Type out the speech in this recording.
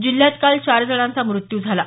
जिल्ह्यात काल चार जणांचा मृत्यू झाला आहे